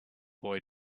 boy